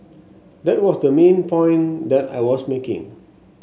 that was the main point that I was making